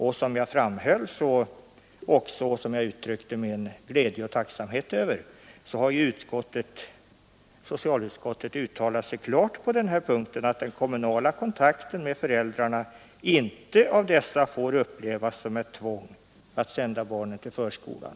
Och som jag framhöll, och uttryckte min glädje och tacksamhet över, har socialutskottet yttrat sig klart på den här punkten och framfört att den kommunala kontakten med föräldrarna inte av dessa får upplevas som ett tvång att sända barnen till förskolan.